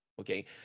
Okay